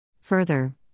Further